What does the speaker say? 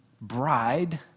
bride